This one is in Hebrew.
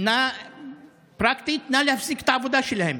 נא להפסיק את העבודה שלהם,